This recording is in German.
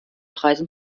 preisen